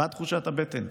מה תחושת הבטן?